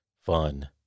fun